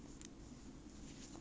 plus one house to